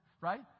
Right